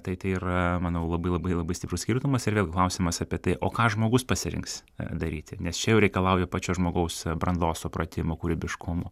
tai tai yra manau labai labai labai stiprus skirtumas ir vėlgi klausimas apie tai o ką žmogus pasirinks daryti nes čia jau reikalauja pačio žmogaus brandos supratimo kūrybiškumo